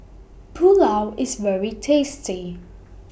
Pulao IS very tasty